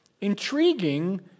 intriguing